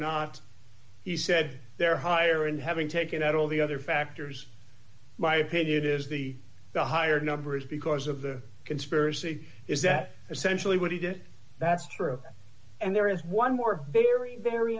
not he said they're higher and having taken out all the other factors my opinion is the the higher number is because of the conspiracy is that essentially what he did that's true and there is one more very very